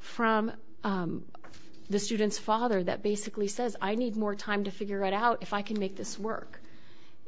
from the students father that basically says i need more time to figure it out if i can make this work